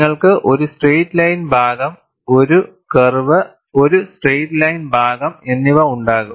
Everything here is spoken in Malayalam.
നിങ്ങൾക്ക് ഒരു സ്ട്രെയിറ്റ് ലൈൻ ഭാഗം ഒരു കർവ് ഒരു സ്ട്രെയിറ്റ് ലൈൻ ഭാഗം എന്നിവ ഉണ്ടാകും